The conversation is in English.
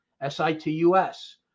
S-I-T-U-S